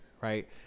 Right